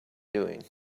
doing